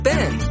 Ben